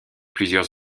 plusieurs